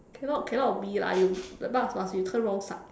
cannot cannot be lah you the bus must be turn wrong side